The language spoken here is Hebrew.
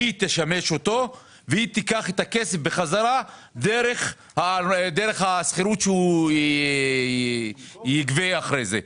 היא תשמיש אותו ותיקח את הכסף בחזרה דרך השכירות שהוא יגבה אחרי כן.